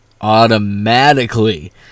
automatically